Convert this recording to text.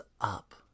up